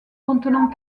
contenant